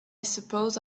suppose